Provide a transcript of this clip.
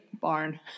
barn